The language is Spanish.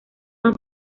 son